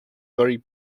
very